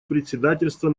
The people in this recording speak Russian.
председательство